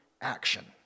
action